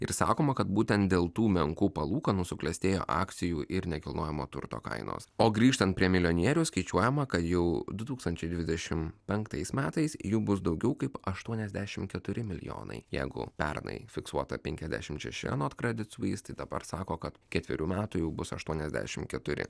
ir sakoma kad būtent dėl tų menkų palūkanų suklestėjo akcijų ir nekilnojamo turto kainos o grįžtant prie milijonierių skaičiuojama kad jau du tūkstančiai dvidešimt penktais metais jų bus daugiau kaip aštuoniasdešimt keturi milijonai jeigu pernai fiksuota penkiasdešimt šeši anot kredisuis tai dabar sako kad ketverių metų jau bus aštuoniasdešimt keturi